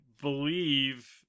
believe